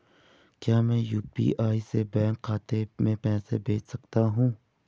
क्या मैं यु.पी.आई से बैंक खाते में पैसे भेज सकता हूँ?